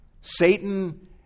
Satan